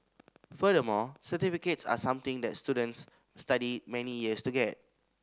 furthermore certificates are something that students study many years to get